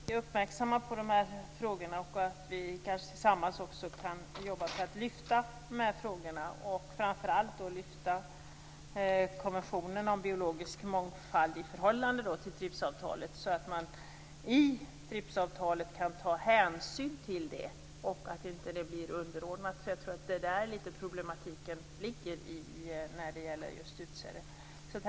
Herr talman! Det är bra att vi är uppmärksamma på de här frågorna och att vi tillsammans kanske också kan jobba för att lyfta fram dem. Framför allt är det viktigt att lyfta fram konventionen om biologisk mångfald i förhållande till TRIPS-avtalet så att man i TRIPS-avtalet kan ta kan ta hänsyn till denna så att den inte blir underordnad. Jag tror att det är där som problematiken ligger lite grann när det gäller just utsäde.